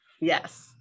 Yes